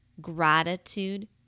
gratitude